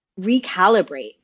recalibrate